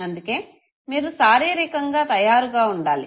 అందుకే మీరు శారీరకంగా తయారుగా ఉండాలి